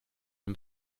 dem